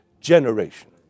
generation